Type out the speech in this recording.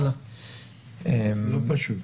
לא פשוט.